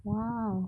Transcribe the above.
!wow!